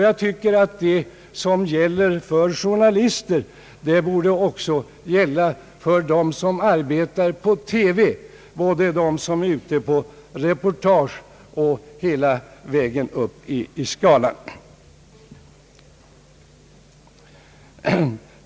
Jag tycker att det som gäller för journalister också borde gälla för dem som arbetar på TV — både de som är ute på reportage och hela skalan uppåt.